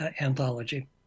anthology